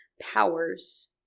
powers